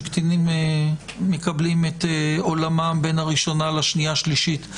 שקטינים מקבלים את עולמם בין הראשונה לשנייה-שלישית.